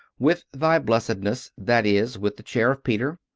with thy blessedness that is, with the chair of peter.